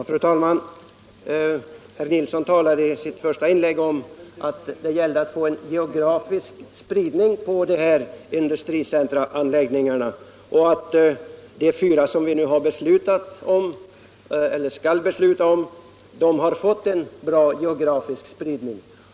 Fru talman! Herr Nilsson i Östersund talade i sitt första inlägg om att det gällde att få en geografisk spridning på industricentrumanläggningarna och att de fyra vi nu skall besluta om har fått en bra geografisk spridning.